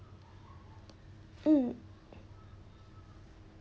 mm